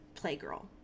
Playgirl